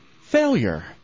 Failure